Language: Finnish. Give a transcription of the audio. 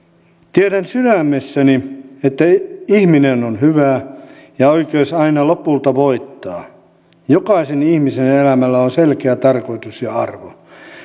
tiedän sydämessäni että ihminen on hyvä ja oikeus aina lopulta voittaa jokaisen ihmisen elämällä on selkeä tarkoitus ja arvo